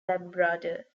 labrador